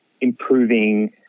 improving